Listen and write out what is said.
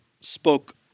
spoke